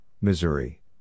Missouri